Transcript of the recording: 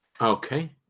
okay